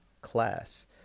class